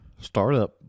startup